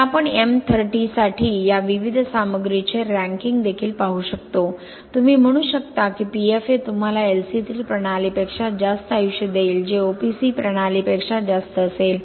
आता आपण M30 साठी या विविध सामग्रीचे रँकिंग देखील पाहू शकतो तुम्ही म्हणू शकता की PFA तुम्हाला LC3 प्रणालीपेक्षा जास्त आयुष्य देईल जे OPC प्रणालीपेक्षा जास्त असेल